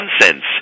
nonsense